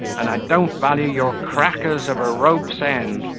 and i don't value your crackers of a rope's end.